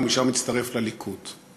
ומשם הצטרף לליכוד.